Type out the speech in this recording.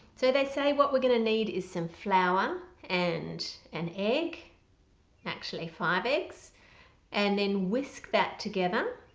so they say what we're gonna need is some flour and an egg actually five eggs and then whisk that together